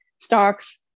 stocks